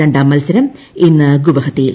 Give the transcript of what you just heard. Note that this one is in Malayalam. രണ്ടാം മൽസരം ഇന്ന് ഗൂവാഹത്തിയിൽ